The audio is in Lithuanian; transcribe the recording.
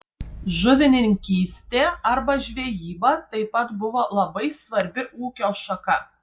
žuvininkystė arba žvejyba taip pat buvo labai svarbi ūkio šaka